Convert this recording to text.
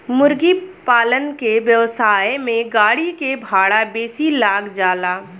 मुर्गीपालन के व्यवसाय में गाड़ी के भाड़ा बेसी लाग जाला